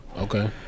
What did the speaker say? Okay